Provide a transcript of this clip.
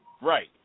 Right